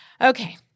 okay